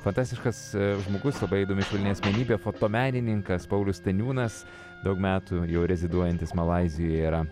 fantastiškas žmogus labai įdomi kūrybinė asmenybė fotomenininkas paulius staniūnas daug metų jau reziduojantis malaizijoje yra